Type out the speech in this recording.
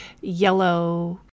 yellow